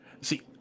See